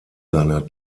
seiner